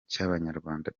cy’abanyarwanda